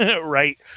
right